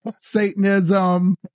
Satanism